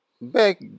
back